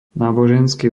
náboženský